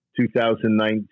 2019